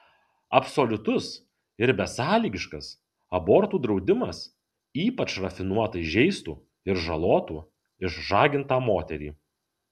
absoliutus ir besąlygiškas abortų draudimas ypač rafinuotai žeistų ir žalotų išžagintą moterį